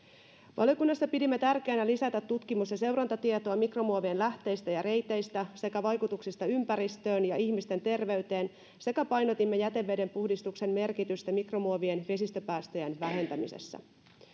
valiokunnassa pidimme tärkeänä lisätä tutkimus ja seurantatietoa mikromuovien lähteistä ja reiteistä sekä vaikutuksista ympäristöön ja ihmisten terveyteen painotimme jätevedenpuhdistuksen merkitystä mikromuovien vesistöpäästöjen vähentämisessä